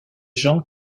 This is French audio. gens